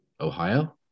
Ohio